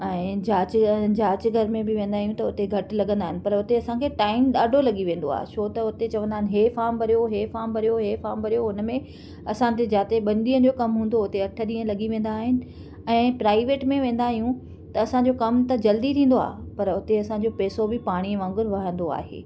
ऐं जांच ऐं जांच घर में बि वेंदा आहियूं त उते घटि लॻंदा आहिनि पर उते असांखे टाइम ॾाढो लॻी वेंदो आहे छो त उते चवंदा आहिनि हे फॉर्म भरियो हे फॉर्म भरियो हे फॉर्म भरियो उनमें असांखे जाते ॿिनि ॾींहनि जो कमु हूंदो उते अठ ॾींहं लॻी वेंदा आहिनि ऐं प्राइवेट में वेंदा आहियूं त असांजो कमु त जल्दी थींदो आहे पर उते असांजो पैसो बि पाणीअ वांगुर वहंदो आहे